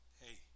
hey